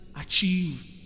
achieve